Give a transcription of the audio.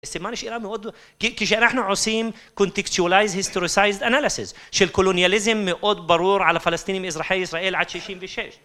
סימן שאיראן מאוד, כשאנחנו עושים contextualized, historicized analysis של קולוניאליזם מאוד ברור על הפלסטינים אזרחי ישראל עד 66.